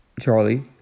Charlie